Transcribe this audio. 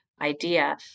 idea